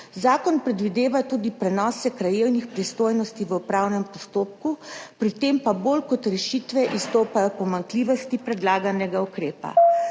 Zakon predvideva tudi prenose krajevnih pristojnosti v upravnem postopku, pri tem pa bolj kot rešitve izstopajo pomanjkljivosti predlaganega ukrepa.